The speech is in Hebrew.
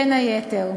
בין היתר: